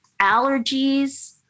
allergies